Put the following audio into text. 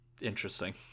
interesting